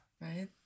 Right